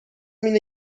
اینه